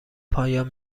پایان